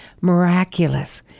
miraculous